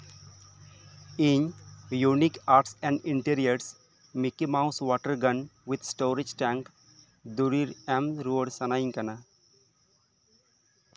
ᱤᱧ unique arts and interiors Mickey Mouse water gun with storage tank ᱫᱚᱨᱤᱵᱽ ᱮᱢ ᱨᱩᱣᱟᱹᱲ ᱥᱟᱱᱟᱧ ᱠᱟᱱᱟ